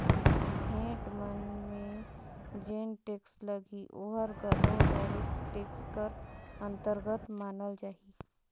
भेंट मन में जेन टेक्स लगही ओहर घलो डायरेक्ट टेक्स कर अंतरगत मानल जाही